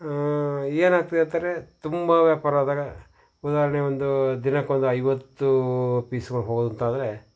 ಏನಾಗ್ತದೆ ಅಂತಂದ್ರೆ ತುಂಬ ವ್ಯಾಪಾರ ಆದಾಗ ಉದಾಹರ್ಣೆಗೆ ಒಂದು ದಿನಕ್ಕೊಂದು ಐವತ್ತು ಪೀಸ್ಗಳು ಹೋದಂತಾದರೆ